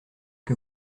que